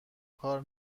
کار